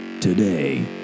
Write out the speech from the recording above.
Today